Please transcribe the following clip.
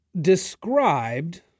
described